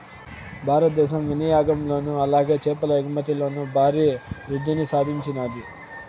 భారతదేశం వినియాగంలోను అలాగే చేపల ఎగుమతిలోను భారీ వృద్దిని సాధించినాది